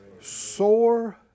Sore